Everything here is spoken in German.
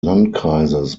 landkreises